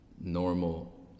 normal